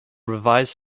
revised